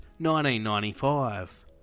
1995